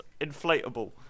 inflatable